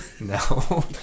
No